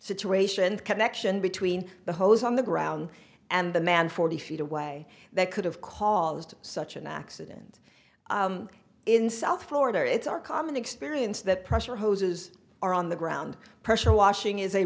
situation the connection between the hose on the ground and the man forty feet away that could have caused such an accident in south florida it's our common experience that pressure hoses are on the ground pressure washing is a